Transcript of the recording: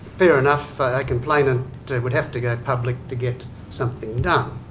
fair enough, a complainant would have to go public to get something done.